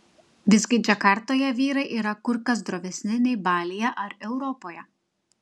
visgi džakartoje vyrai yra kur kas drovesni nei balyje ar europoje